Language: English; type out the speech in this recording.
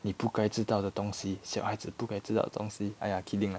你不该知道的东西小孩子不该知道的东西 !aiya! kidding lah